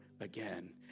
again